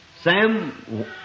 Sam